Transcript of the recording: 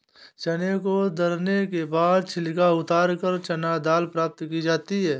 चने को दरने के बाद छिलका उतारकर चना दाल प्राप्त की जाती है